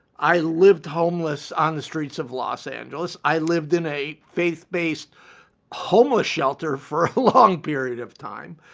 i lived homeless on the streets of los angeles. i lived in a faith-based homeless shelter for a long period of time.